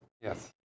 Yes